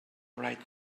right